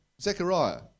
Zechariah